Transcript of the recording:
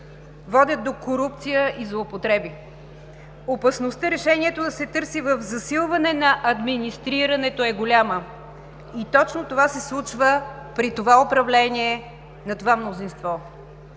водят до корупция и злоупотреби. Опасността решението да се търси в засилване на администрирането е голяма. И точно това се случва при това управление, на това мнозинство.